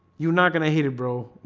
you're not gonna hate it bro